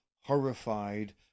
horrified